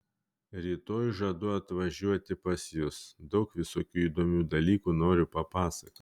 rytoj žadu atvažiuoti pas jus daug visokių įdomių dalykų noriu papasakoti